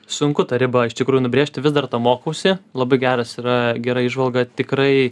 sunku tą ribą iš tikrųjų nubrėžti vis dar to mokausi labai geras yra gera įžvalga tikrai